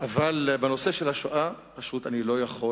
אבל בנושא השואה אני לא יכול